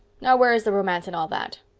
now, where is the romance in all that?